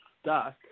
stuck